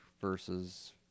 versus